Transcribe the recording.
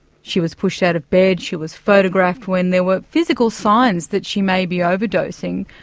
she was pushed out of bed, she was photographed when there were physical signs that she may be overdosing,